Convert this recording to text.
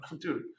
dude